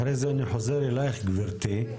אחרי זה אני חוזר אליך גבירתי.